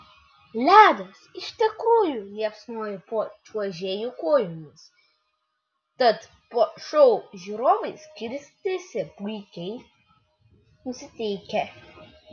ledas iš tikrųjų liepsnojo po čiuožėjų kojomis tad po šou žiūrovai skirstėsi puikiai nusiteikę